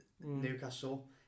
Newcastle